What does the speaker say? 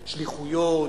בשליחויות,